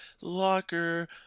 locker